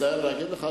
אני מצטער להגיד לך,